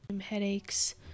headaches